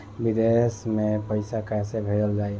विदेश में पईसा कैसे भेजल जाई?